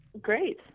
Great